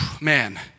man